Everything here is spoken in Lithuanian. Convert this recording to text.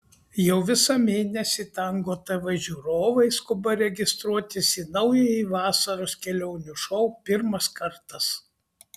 jau visą mėnesį tango tv žiūrovai skuba registruotis į naująjį vasaros kelionių šou pirmas kartas